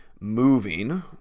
moving